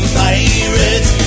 pirates